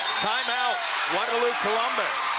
time out guadalupe, columbus,